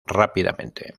rápidamente